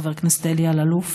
חבר הכנסת אלי אלאלוף,